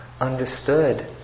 understood